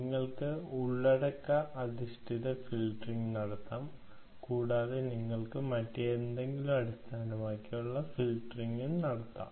നിങ്ങൾക്ക് ഉള്ളടക്ക അധിഷ്ഠിത ഫിൽട്ടറിംഗ് നടത്താം കൂടാതെ നിങ്ങൾക്ക് മറ്റെന്തെങ്കിലും അടിസ്ഥാനമാക്കിയുള്ള ഫിൽട്ടറിംഗും ചെയ്യാം